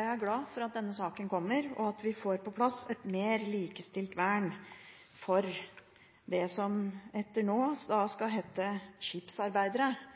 er glad for at denne saken kommer, og at vi får på plass et mer likestilt vern for det som fra nå av skal hete skipsarbeidere.